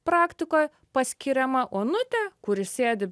praktikoje paskiriama onutė kuri sėdi